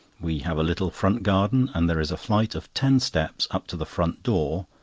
we have a little front garden and there is a flight of ten steps up to the front door,